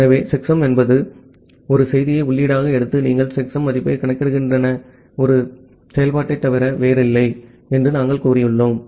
எனவே செக்ஸம் என்பது ஒரு செய்தியை உள்ளீடாக எடுத்து நீங்கள் செக்சம் மதிப்பைக் கணக்கிடுகின்ற ஒரு செயல்பாட்டைத் தவிர வேறில்லை என்று நாங்கள் கூறியுள்ளோம்